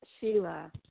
Sheila